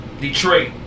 Detroit